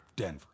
Denver